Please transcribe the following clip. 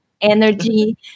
energy